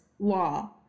law